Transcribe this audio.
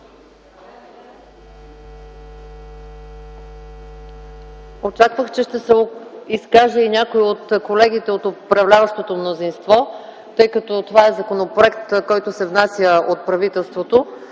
Очаквах, че ще се изкаже и някой от колегите от управляващото мнозинство, тъй като това е законопроект, който се внася от правителството.